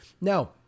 Now